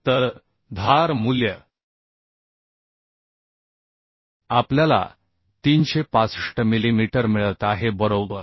तर एज मूल्य आपल्याला 365 मिलीमीटर मिळत आहे बरोबर